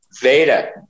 Veda